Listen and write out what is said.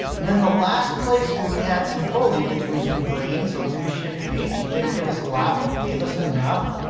and then the last place where we had some foliage was in green. so let's do shift h it didn't give us a lot, but it gave us enough.